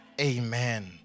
Amen